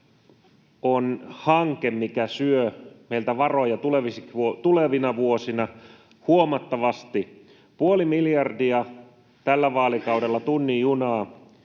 on hanke, mikä syö meiltä varoja tulevina vuosina huomattavasti. Puoli miljardia tällä vaalikaudella tunnin junaan,